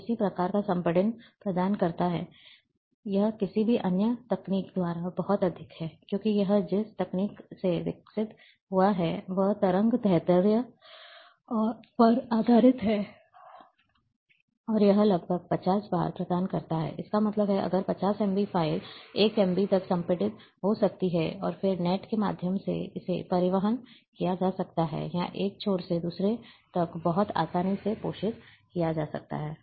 यह किस प्रकार का संपीड़न प्रदान करता है यह किसी भी अन्य तकनीक द्वारा बहुत अधिक है क्योंकि यह जिस तकनीक से विकसित हुआ है वह तरंग दैर्ध्य पर आधारित है और यह लगभग 50 बार प्रदान करता है इसका मतलब है अगर 50 एमबी फ़ाइल 1 एमबी तक संपीड़ित हो सकती है और फिर नेट के माध्यम से इसे परिवहन किया जा सकता है या एक छोर से दूसरे तक बहुत आसानी से प्रेषित किया जा सकता है